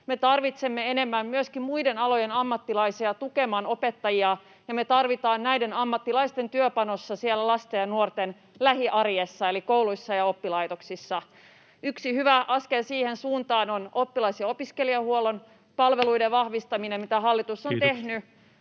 tarvitsemme enemmän myöskin muiden alojen ammattilaisia tukemaan opettajia, ja me tarvitaan näiden ammattilaisten työpanosta siellä lasten ja nuorten lähiarjessa eli kouluissa ja oppilaitoksissa. Yksi hyvä askel siihen suuntaan on oppilas- ja opiskelijahuollon palveluiden vahvistaminen, mitä hallitus on tehnyt,